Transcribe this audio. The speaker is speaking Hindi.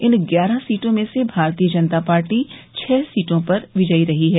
इन ग्यारह सीटों में से भारतीय जनता पार्टी छः सीटों पर विजयी रही है